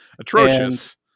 atrocious